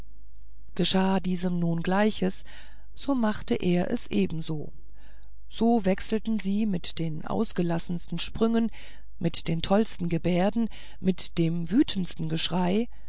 geschah diesem nun gleiches so machte er es ebenso so wechselten sie mit den ausgelassensten sprüngen mit den tollsten gebärden mit dem wütendsten geschrei